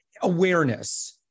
awareness